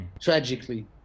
tragically